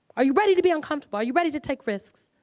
are you ready to be uncomfortable? are you ready to take risks?